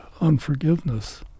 unforgiveness